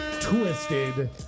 Twisted